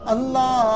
Allah